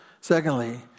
secondly